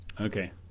Okay